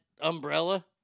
umbrella